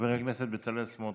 חבר הכנסת בצלאל סמוטריץ'.